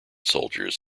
soldiers